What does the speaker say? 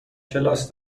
کلاس